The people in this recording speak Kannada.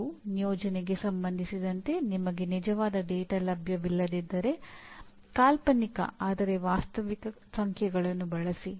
ಮತ್ತು ನಿಯೋಜನೆಗೆ ಸಂಬಂಧಿಸಿದಂತೆ ನಿಮಗೆ ನಿಜವಾದ ಡೇಟಾ ಲಭ್ಯವಿಲ್ಲದಿದ್ದರೆ ಕಾಲ್ಪನಿಕ ಆದರೆ ವಾಸ್ತವಿಕ ಸಂಖ್ಯೆಗಳನ್ನು ಬಳಸಿ